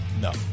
no